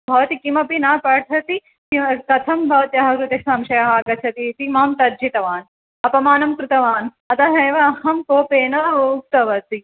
भवती किमपि न पठति कथं भवत्याः कृते संशयः आगच्छति इति मां तर्जितवान् अपमानं कृतवान् अतः एव अहं कोपेन उक्तवती